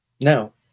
No